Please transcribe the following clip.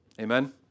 Amen